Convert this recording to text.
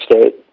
state